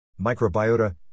Microbiota